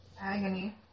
Agony